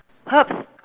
herbs